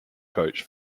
coach